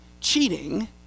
cheating